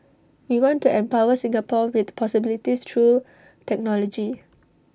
we want to empower Singapore with possibilities through technology